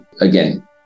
again